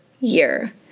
year